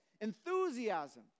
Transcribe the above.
enthusiasm